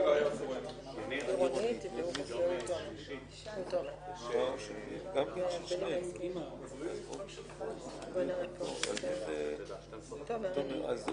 כלומר החשוד, שזה כבר לא רוצה להעיד נגדו,